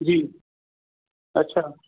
जी अच्छा